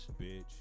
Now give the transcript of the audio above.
Bitch